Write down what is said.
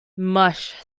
much